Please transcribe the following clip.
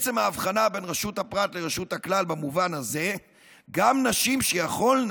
בעצם ההבחנה בין רשות הפרט לרשות הכלל גם נשים שיכולות